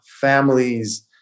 families